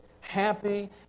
happy